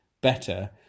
better